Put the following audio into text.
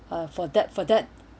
uh for that for that